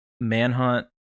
Manhunt